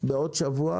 בעוד שבוע